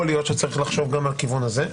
יכול להיות שצריך לחשוב גם על כיוון כזה,